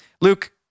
Luke